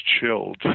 chilled